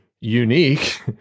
unique